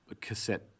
cassette